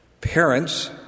Parents